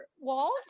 walls